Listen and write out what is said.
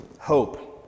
hope